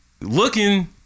looking